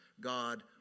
God